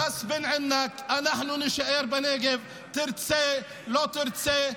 רסבן ענכ, אנחנו נישאר בנגב, תרצה, לא תרצה.